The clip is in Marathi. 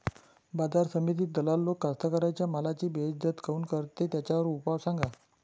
बाजार समितीत दलाल लोक कास्ताकाराच्या मालाची बेइज्जती काऊन करते? त्याच्यावर उपाव सांगा